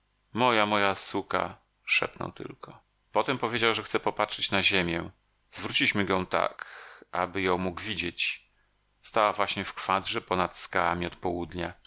moja moja suka szepnął tylko potem powiedział że chce popatrzyć na ziemię zwróciliśmy go tak aby ją mógł widzieć stała właśnie w kwadrze ponad skałami od południa